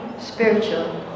spiritual